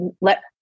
let